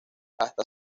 hasta